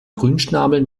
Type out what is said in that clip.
grünschnabel